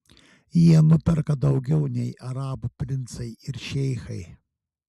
jie nuperka daugiau nei arabų princai ir šeichai